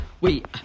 Wait